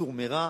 "סור מרע",